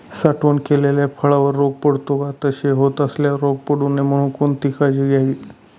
साठवण केलेल्या फळावर रोग पडतो का? तसे होत असल्यास रोग पडू नये म्हणून कोणती काळजी घ्यावी?